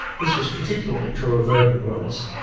this was particularly true of urban dwellers,